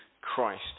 Christ